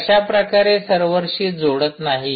हे कशा प्रकारे सर्व्हरशी जोडत नाही